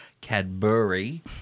Cadbury